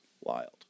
wild